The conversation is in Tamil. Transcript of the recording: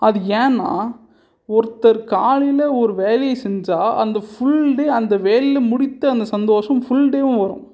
அது ஏன்னா ஒருத்தர் காலையில் ஒரு வேலையை செஞ்சால் அந்த ஃபுல் டே அந்த வேலையில் முடித்த அந்த சந்தோஷம் ஃபுல் டேவும் வரும்